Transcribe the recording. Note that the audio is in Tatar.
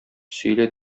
сөйлә